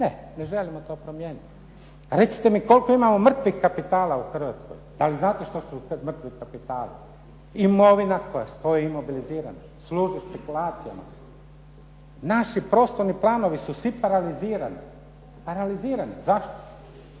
Ne, ne želimo to promijeniti. Recite mi koliko imamo mrtvih kapitala u Hrvatskoj? Da li znate što su mrtvi kapitali? Imovina koja stoji mobilizirana, služi špekulacijama. Naši prostorni planovi su svi paralizirani. Zašto?